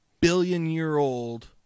billion-year-old